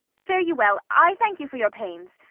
fare you well i thank you for your pains.